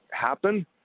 happen